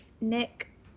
Nick